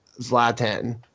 Zlatan